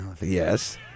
Yes